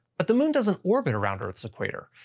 but the moon doesn't orbit around earth's equator.